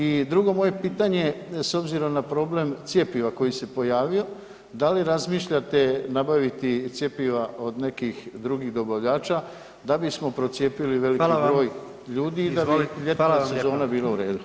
I drugo moje pitanje je s obzirom na problem cjepiva koji se pojavio, da li razmišljate nabaviti cjepiva od nekih drugih dobavljača da bismo procijepili veliki broj ljudi [[Upadica: Hvala vam]] i da bi ljetna sezona bila u redu?